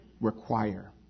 require